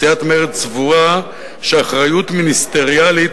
סיעת מרצ סבורה שאחריות מיניסטריאלית